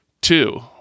two